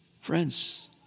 Friends